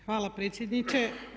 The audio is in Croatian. Hvala predsjedniče.